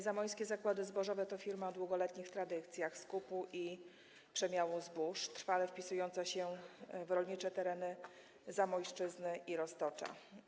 Zamojskie Zakłady Zbożowe to firma o długoletnich tradycjach w zakresie skupu i przemiału zbóż, trwale wpisująca się w rolnicze tereny Zamojszczyzny i Roztocza.